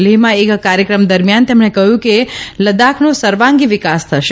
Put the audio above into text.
લેહમાં એક કાર્યક્રમ દરમિયાન તેમણે કહયું કે લદાખનો સર્વાંગી વિકાસ થશે